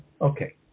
Okay